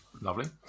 lovely